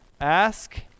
ask